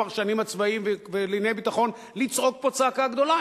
הפרשנים הצבאיים לענייני ביטחון לצעוק פה צעקה גדולה.